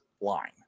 line